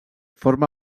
forma